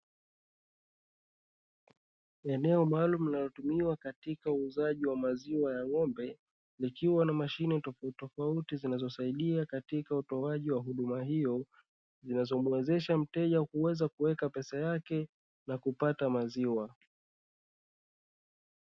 Eneo maalumu linalotumiwa katika uuzaji wa maziwa ya ng'ombe, likiwa na mashine tofautitofauti zinazosaidia katika utoaji wa huduma hiyo, zinazomwezesha mteja kuweza kuweka pesa yake na kupata maziwa.